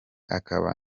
akaba